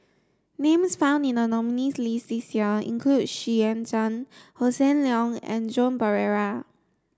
names found in the nominees' list this year include Xu Yuan Zhen Hossan Leong and Joan Pereira